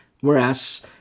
whereas